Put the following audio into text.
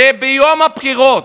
שביום הבחירות,